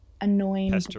annoying